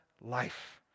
life